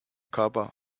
copper